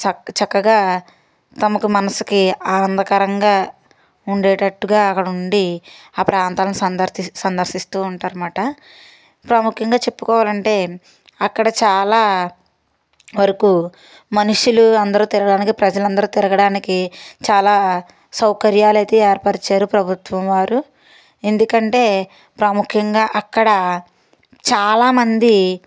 చక్క చక్కగా తమ మనసుకి ఆనందకరంగా ఉండేటట్టుగా అక్కడ ఉండి ఆ ప్రాంతాలను సంద సందర్శిస్తూ ఉంటారు అనమాట ప్రాముఖ్యంగా చెప్పుకోవాలంటే అక్కడ చాలా వరకు మనుషులు అందరూ తినడానికి ప్రజలందరూ తిరగడానికి చాలా సౌకర్యాలు అయితే ఏర్పరిచారు ప్రభుత్వం వారు ఎందుకంటే ప్రాముఖ్యంగా అక్కడ చాలామంది